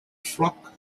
flock